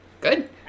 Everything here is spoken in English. good